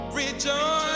rejoice